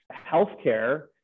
healthcare